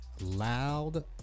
loud